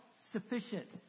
sufficient